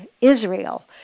Israel